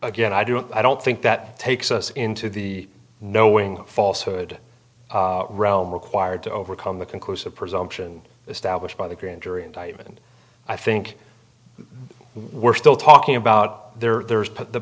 again i don't i don't think that takes us into the knowing falshood realm required to overcome the conclusive presumption established by the grand jury indictment i think we're still talking about there there's